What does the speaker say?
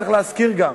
צריך להזכיר גם,